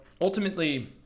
ultimately